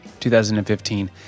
2015